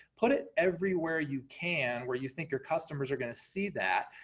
put it everywhere you can, where you think your customers are gonna see that,